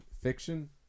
fiction